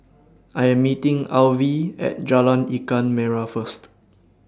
I Am meeting Alvy At Jalan Ikan Merah First